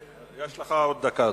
יש לך עוד דקה,